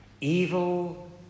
evil